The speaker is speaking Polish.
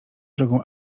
drogą